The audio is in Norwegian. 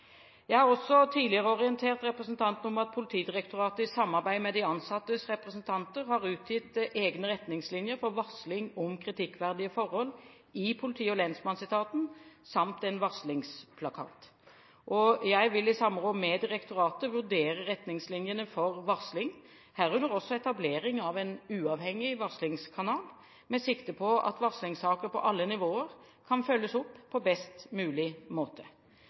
Jeg har også tidligere orientert representanten om at Politidirektoratet i samarbeid med de ansattes representanter har utgitt egne retningslinjer for varsling om kritikkverdige forhold i politi- og lensmannsetaten samt en varslingsplakat. Jeg vil i samråd med Politidirektoratet vurdere retningslinjene for varsling, herunder etablering av en uavhengig varslingskanal med sikte på at varslingssaker på alle nivåer kan følges opp på best mulig måte.